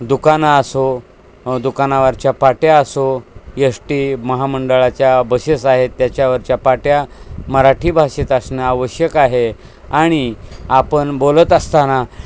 दुकानं असो दुकानावरच्या पाट्या असो यश टी महामंडळाच्या बसेस आहेत त्याच्यावरच्या पाट्या मराठी भाषेत असणं आवश्यक आहे आणि आपण बोलत असताना